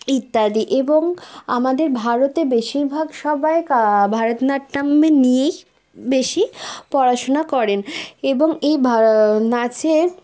ইত্যাদি এবং আমাদের ভারতে বেশিরভাগ সবাই কা ভারতনাট্যমে নিয়েই বেশি পড়াশুনা করেন এবং এই ভা নাচের